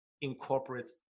incorporates